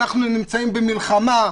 אנחנו נמצאים במלחמה,